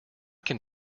can